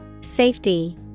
Safety